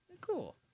Cool